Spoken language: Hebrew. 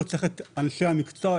פה צריך אנשי המקצוע,